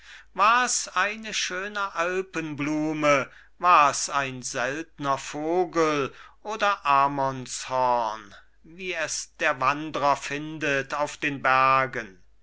war's eine schöne alpenblume war's ein seltner vogel oder ammonshorn wie es der wandrer findet auf den bergen